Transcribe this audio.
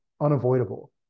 unavoidable